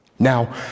Now